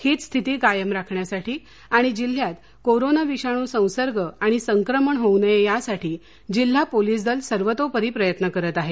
हीच स्थिती कायम राखण्यासाठी आणि जिल्ह्यात कोरोना विषाणू संसर्ग आणि संक्रमण होऊ नये यासाठी जिल्हा पोलीस दल सर्वतोपरी प्रयत्न करत आहे